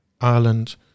ireland